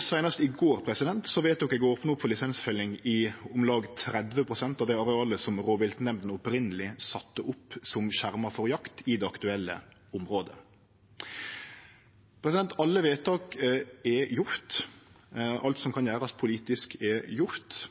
Seinast i går vedtok eg å opne opp for lisensfelling i om lag 30 pst. av det arealet som rovviltnemndene opphavleg sette opp som skjerma for jakt i det aktuelle området. Alle vedtak er gjorde. Alt som kan gjerast politisk, er gjort.